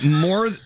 more